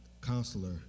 Counselor